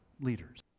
leaders